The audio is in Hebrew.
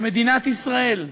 שמדינת ישראל,